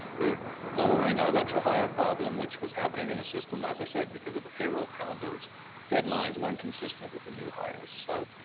we're lowering our retro hire problem which was happening in the system, as i said, because of the payroll calendar's deadlines weren't consistent with the new hires. so,